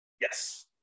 Yes